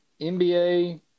NBA